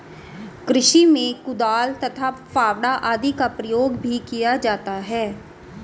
कृषि में कुदाल तथा फावड़ा आदि का प्रयोग भी किया जाता है